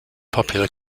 popular